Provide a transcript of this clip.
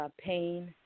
pain